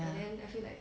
ya